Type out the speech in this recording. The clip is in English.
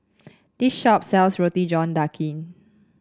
this shop sells Roti John Daging